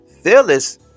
Phyllis